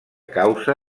causa